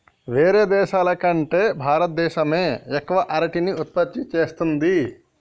వేరే దేశాల కంటే భారత దేశమే ఎక్కువ అరటిని ఉత్పత్తి చేస్తంది